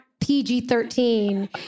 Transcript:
PG-13